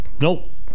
nope